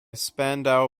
spandau